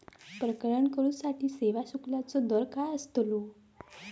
प्रकरण करूसाठी सेवा शुल्काचो दर काय अस्तलो?